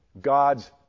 God's